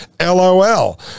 LOL